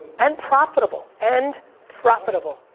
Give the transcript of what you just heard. and profitable, and profitable.